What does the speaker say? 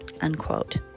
unquote